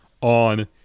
on